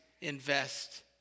invest